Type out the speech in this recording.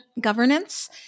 governance